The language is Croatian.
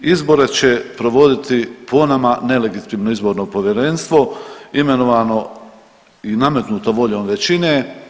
Izbore će provoditi po nama nelegitimno izborno povjerenstvo imenovano i nametnuto voljom većine.